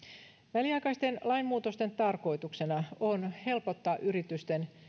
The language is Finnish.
väliaikaisten lainmuutosten tarkoituksena on helpottaa yritysten